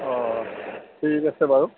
অঁ ঠিক আছে বাৰু